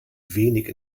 wenig